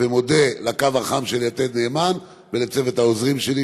ומודה לקו החם של יתד נאמן ולצוות העוזרים שלי.